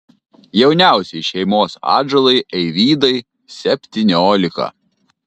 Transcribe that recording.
jauniausiai šeimos atžalai eivydai septyniolika